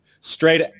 straight